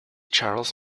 charles